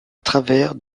travers